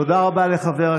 תודה רבה לחבר הכנסת זוהר.